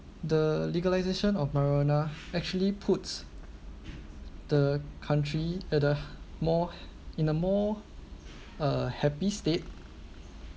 the legalization of marijuana actually puts the country at a more in a more uh happy state